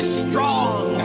strong